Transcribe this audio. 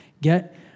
get